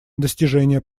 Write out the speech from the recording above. достижение